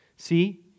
See